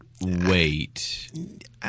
Wait